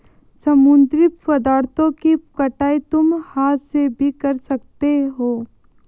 समुद्री पदार्थों की कटाई तुम हाथ से भी कर सकते हो